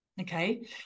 okay